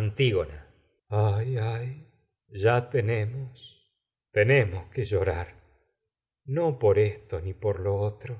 antígona ayay ya tenemos tenemos que llorar no por esto ni por lo otro